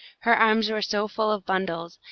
her arms were so full of bundles,